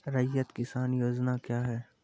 रैयत किसान योजना क्या हैं?